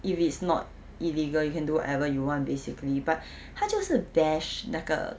if it's not illegal you can do whatever you want basically but 他就是 bash 那个